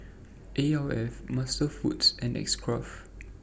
Alf MasterFoods and X Craft